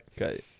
okay